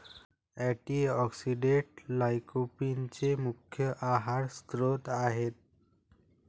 टमाटर अँटीऑक्सिडेंट्स लाइकोपीनचे मुख्य आहार स्त्रोत आहेत